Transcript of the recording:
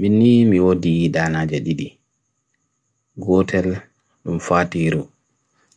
Mini miwodi dana ja didi, gotel mfati hiru,